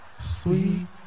Sweet